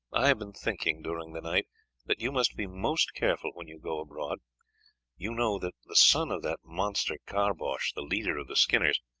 i have been thinking during the night that you must be most careful when you go abroad you know that the son of that monster caboche, the leader of the skinners,